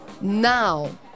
now